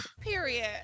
Period